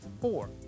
four